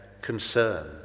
concern